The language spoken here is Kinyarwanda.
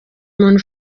umuntu